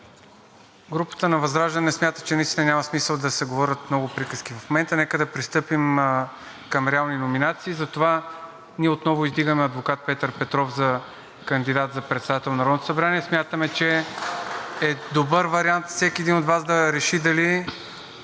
групата на ВЪЗРАЖДАНЕ смята, че наистина няма смисъл да се говорят много приказки в момента. Нека да пристъпим към реални номинации. Затова ние отново издигаме адвокат Петър Петров за кандидат за председател на Народното събрание. Смятаме, че е добър вариант всеки един от Вас да реши дали